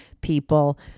people